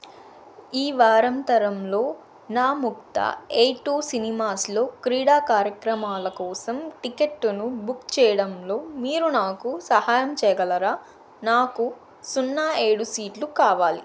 ఈ వారాంతరంలో నా ముక్తా ఏ టూ సినిమాస్లో క్రీడా కార్యక్రమాల కోసం టికెట్టును బుక్ చేయడంలో మీరు నాకు సహాయం చేయగలరా నాకు సున్నా ఏడు సీట్లు కావాలి